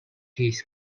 his